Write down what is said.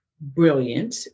brilliant